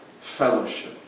fellowship